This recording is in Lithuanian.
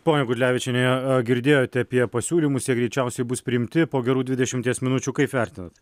ponia gudlevičiene girdėjote apie pasiūlymus jie greičiausiai bus priimti po gerų dvidešimties minučių kaip vertinat